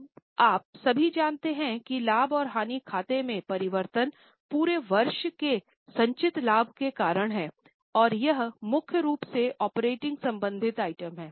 अब आप सभी जानते हैं कि लाभ और हानि खाते में परिवर्तन पुरे वर्ष के संचित लाभ के कारण है और यह मुख्य रूप से ऑपरेटिंग संबंधित आइटम है